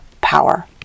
power